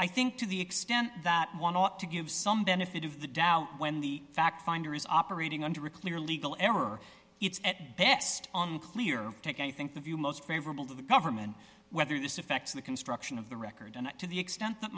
i think to the extent that one ought to give some benefit of the doubt when the fact finder is operating under a clear legal error it's at best unclear i think the view most favorable to the government whether this affects the construction of the record and to the extent that